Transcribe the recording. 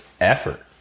effort